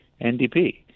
NDP